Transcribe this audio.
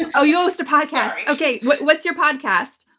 and oh, you host a podcast! sorry. okay. what's your podcast?